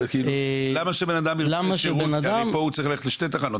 למה שאדם ירצה --- הרי פה הוא צריך ללכת לשתי תחנות,